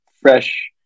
fresh